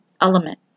element